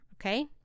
Okay